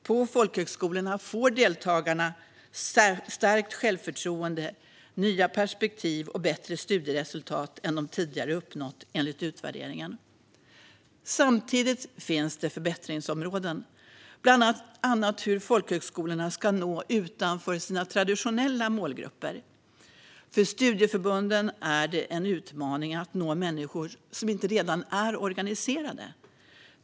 På folkhögskolorna får deltagarna stärkt självförtroende, nya perspektiv och bättre studieresultat än de tidigare uppnått, enligt utvärderingen. Samtidigt finns det förbättringsområden. Det handlar bland annat om hur folkhögskolorna ska nå utanför sina traditionella målgrupper. För studieförbunden är det en utmaning att nå människor som inte redan är organiserade.